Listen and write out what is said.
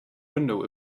window